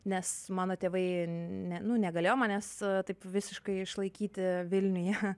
nes mano tėvai ne nu negalėjo manęs taip visiškai išlaikyti vilniuje